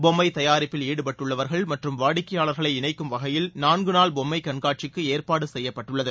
பொம்மைதயாரிப்பில் ஈடுபட்டுள்ளவர்கள் மற்றும் வாடிக்கையாளர்களை இணைக்கும் வகையில் நான்குநாள் பொம்மைகண்காட்சிக்குஏற்பாடுசெய்யப்பட்டுள்ளது